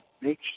make